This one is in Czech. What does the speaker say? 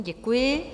Děkuji.